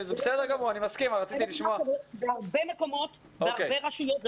זה לא קורה בהרבה מקומות, בהרבה רשויות.